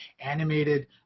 animated